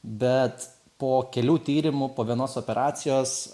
bet po kelių tyrimų po vienos operacijos